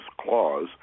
clause